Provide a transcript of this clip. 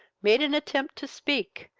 made an attempt to speak,